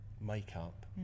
makeup